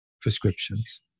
prescriptions